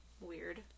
weird